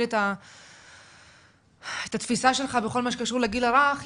את התפיסה שלך בכל מה שקשור לגיל הרך,